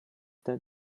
that